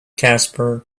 casper